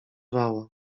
wała